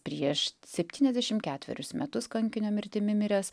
prieš septyniasdešimt ketverius metus kankinio mirtimi miręs